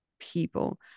people